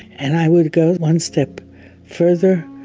and i would go one step further